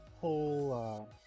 whole